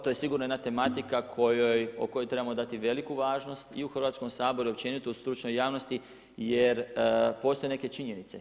To je sigurno jedna tematika kojoj, o kojoj trebamo dati veliku važnost i u Hrvatskom saboru i općenito stručnoj javnosti, jer postoje neke činjenice.